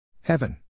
heaven